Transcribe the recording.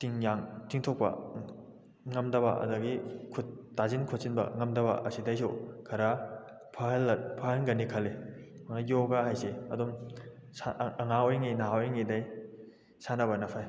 ꯇꯤꯡ ꯌꯥꯡ ꯇꯤꯡꯊꯣꯛꯄ ꯉꯝꯗꯕ ꯑꯗꯒꯤ ꯈꯨꯠ ꯇꯥꯁꯤꯟ ꯈꯣꯆꯤꯟꯕ ꯉꯝꯗꯕ ꯑꯁꯤꯗꯩꯁꯨ ꯈꯔ ꯐꯍꯟꯒꯅꯤ ꯈꯜꯂꯤ ꯑꯗꯨꯅ ꯌꯣꯒꯥ ꯍꯥꯏꯁꯤ ꯑꯗꯨꯝ ꯑꯉꯥꯡ ꯑꯣꯏꯔꯤꯉꯩ ꯅꯍꯥ ꯑꯣꯏꯔꯤꯉꯩꯗꯩ ꯁꯥꯟꯅꯕꯅ ꯐꯩ